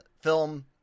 film